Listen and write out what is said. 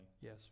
Yes